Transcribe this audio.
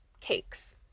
cakes